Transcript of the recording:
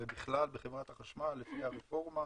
ובכלל בחברת החשמל לפי הרפורמה.